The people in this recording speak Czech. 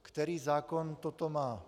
Který zákon toto má?